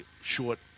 short